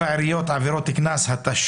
העיריות (עבירות קנס) (תיקון),